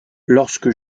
lorsque